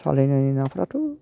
सालानिनि नाफ्राथ'